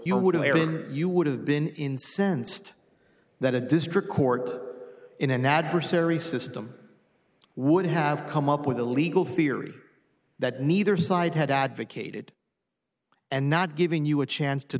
you would have been you would have been incensed that a district court in an adversary system would have come up with a legal theory that neither side had advocated and not giving you a chance to